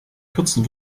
kürzen